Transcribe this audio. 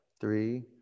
three